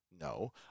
No